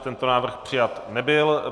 Tento návrh přijat nebyl.